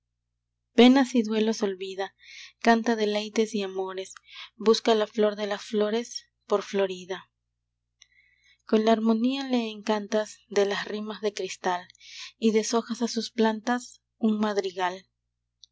penas y duelos olvida canta deleites y amores busca la flor de las flores por florida con la armonía le encantas de las rimas de cristal y deshojas a sus plantas un madrigal